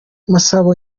masabo